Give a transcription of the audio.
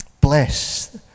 Bless